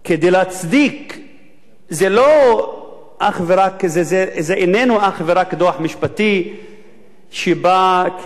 זה איננו אך ורק דוח משפטי שבא כדי להצדיק או להסביר